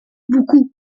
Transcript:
beaucoup